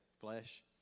flesh